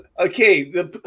Okay